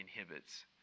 inhibits